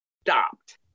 stopped